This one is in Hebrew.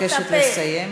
אני מבקשת לסיים.